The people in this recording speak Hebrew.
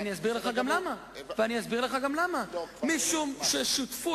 אני לא טוען שהיה הסכם בכתב, אבל בלי ספק נציגי